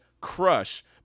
crush